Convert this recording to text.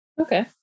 okay